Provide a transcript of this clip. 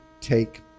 take